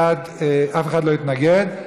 אף אחד לא התנגד,